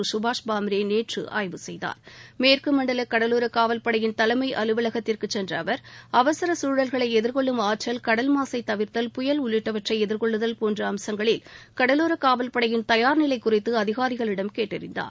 கபாஷ் பாம்ரே நேற்று ஆய்வு செய்தார் மேற்கு மண்டல கடலோர காவல்படையின் தலைமை அலுவலகத்திற்குச் சென்ற அவர் அவசர சூழல்களை எதிர்கொள்ளும் ஆற்றல் கடல் மாசை தவிர்த்தல் புயல் உள்ளிட்டவற்றை எதிர்கொள்ளுதல் போன்ற அம்சங்களில் கடலோர காவல்படையின் தயார் நிலை குறித்து அதிகாரிகளிடம் கேட்டறிந்தார்